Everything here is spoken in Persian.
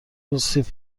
سیب